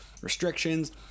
restrictions